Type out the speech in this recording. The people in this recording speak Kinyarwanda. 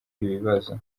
ibibazo